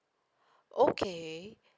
okay